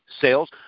sales